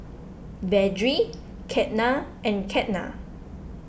Vedre Ketna and Ketna